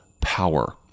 power